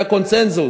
היה קונסנזוס.